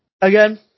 again